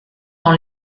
dans